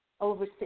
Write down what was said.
over